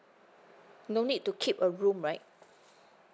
no need to keep a room right